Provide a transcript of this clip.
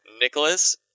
Nicholas